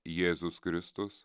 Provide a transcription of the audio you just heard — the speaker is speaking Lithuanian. jėzus kristus